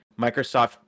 Microsoft